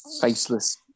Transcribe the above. faceless